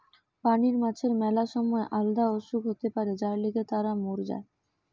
পানির মাছের ম্যালা সময় আলদা অসুখ হতে পারে যার লিগে তারা মোর যায়